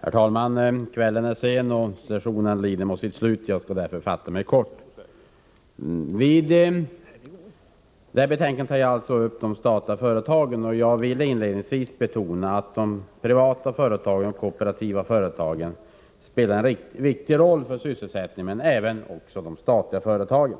Herr talman! Kvällen är sen och sessionen lider mot sitt slut. Jag skall därför fatta mig kort. I detta betänkande tas alltså de statliga företagen upp. Jag vill inledningsvis betona att de privata och kooperativa företagen spelar en viktig roll för sysselsättningen, men det gör även de statliga företagen.